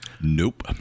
Nope